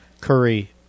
Curry